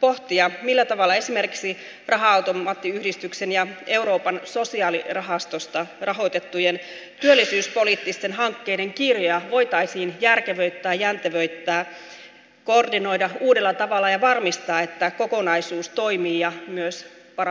pohtia millä tavalla esimerkiksi raha automaattiyhdistyksestä ja euroopan sosiaalirahastosta rahoitettujen työllisyyspoliittisten hankkeiden kirjoa voitaisiin järkevöittää jäntevöittää koordinoida uudella tavalla ja varmistaa että kokonaisuus toimii ja myös parantaisi työllisyystilannetta